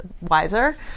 wiser